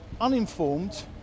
uninformed